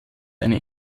eine